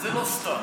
זה לא סתם.